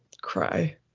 cry